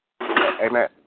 amen